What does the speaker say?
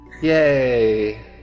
Yay